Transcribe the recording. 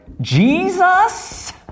Jesus